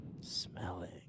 smelling